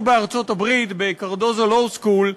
בארצות-הברית ב-Law of Cardozo School,